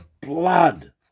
blood